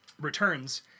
returns